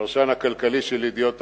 הפרשן הכלכלי של "ידיעות אחרונות"